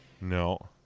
No